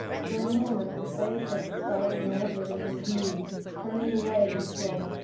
for a moment the face of the stolid nazarene was moved turning away, he said,